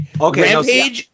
Okay